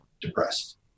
depressed